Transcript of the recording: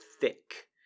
thick